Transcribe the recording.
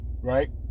right